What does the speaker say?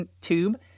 tube